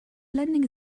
blending